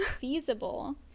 feasible